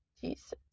Jesus